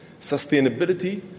sustainability